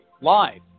live